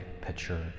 picture